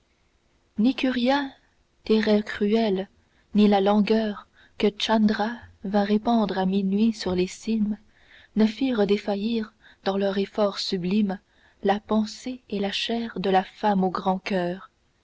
ni curya tes rais cruels ni la langueur que tchandra vient épandre à minuit sur les cimes ne firent défaillir dans leurs efforts sublimes la pensée et la chair de la femme au grand coeur